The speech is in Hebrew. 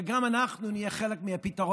אם אנחנו נהיה חלק מהפתרון,